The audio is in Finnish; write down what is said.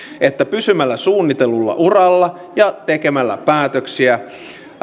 että pysymällä suunnitellulla uralla ja tekemällä päätöksiä